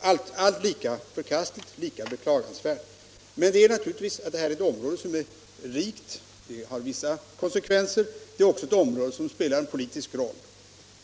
— allt lika förkastligt och beklagansvärt. Men det gäller naturligtvis ett rikt område, vilket har vissa konsekvenser, och det spelar också en politisk roll.